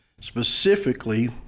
specifically